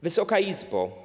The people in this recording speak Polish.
Wysoka Izbo!